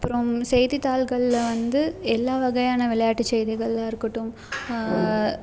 அப்புறம் செய்தித்தாள்கள்ல வந்து எல்லாம் வகையான விளையாட்டு செய்திகளாக இருக்கட்டும்